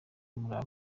n’uruva